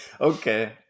Okay